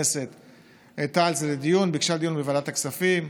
העלתה את זה לדיון, ביקשה דיון בוועדת הכספים,